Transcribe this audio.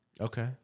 Okay